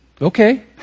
okay